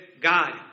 God